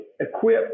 equip